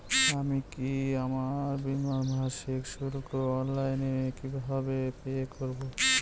আমি কি আমার বীমার মাসিক শুল্ক অনলাইনে কিভাবে পে করব?